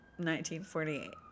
1948